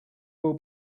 will